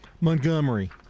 Montgomery